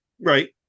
Right